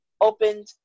opened